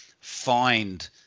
find